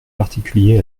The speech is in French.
particulier